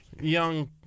Young